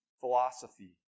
philosophy